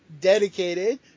dedicated